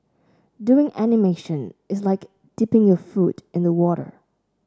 doing animation is like dipping your foot in the water